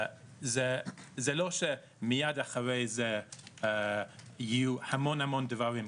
זה לא שמייד אחרי זה יהיו המון דברים,